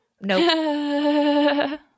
nope